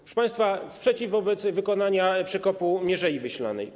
Proszę państwa, sprzeciw wobec wykonania przekopu Mierzei Wiślanej.